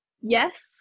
Yes